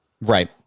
right